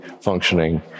functioning